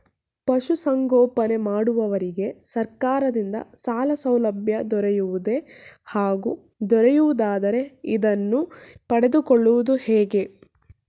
ಪಶುಸಂಗೋಪನೆ ಮಾಡುವವರಿಗೆ ಸರ್ಕಾರದಿಂದ ಸಾಲಸೌಲಭ್ಯ ದೊರೆಯುವುದೇ ಹಾಗೂ ದೊರೆಯುವುದಾದರೆ ಇದನ್ನು ಪಡೆದುಕೊಳ್ಳುವುದು ಹೇಗೆ?